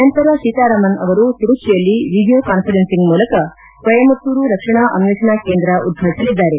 ನಂತರ ಸೀತಾರಾಮನ್ ಅವರು ತಿರುಚ್ನೆಯಲ್ಲಿ ವಿಡಿಯೋ ಕಾನ್ವರೆನ್ಸಿಂಗ್ ಮೂಲಕ ಕೊಯಮತ್ತೂರು ರಕ್ಷಣಾ ಅನ್ವೇಷಣಾ ಕೇಂದ್ರ ಉದ್ವಾಟಸಲಿದ್ದಾರೆ